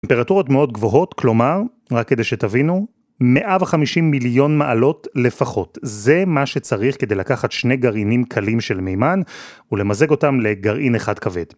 טמפרטורות מאוד גבוהות, כלומר, רק כדי שתבינו, 150 מיליון מעלות לפחות. זה מה שצריך כדי לקחת שני גרעינים קלים של מימן ולמזג אותם לגרעין אחד כבד.